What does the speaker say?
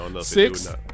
Six